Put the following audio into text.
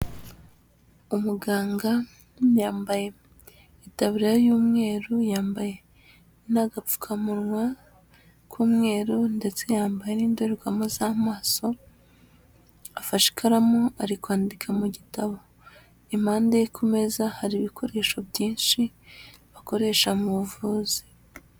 Umuganga yambaye itaburiya y'umweru, yambaye n'agapfukamunwa k'umweru ndetse yambaye n'indorerwamo z'amaso, afashe ikaramu ari kwandika mu gitabo impande ye ku meza hari ibikoresho byinshi bakoresha mu buvuzi.